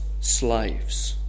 slaves